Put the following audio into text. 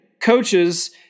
coaches